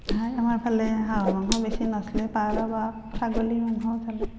হাঁহ আমাৰ ফালে হাঁহৰ মাংস বেছি নচলে পাৰ বা ছাগলী মাংস চলে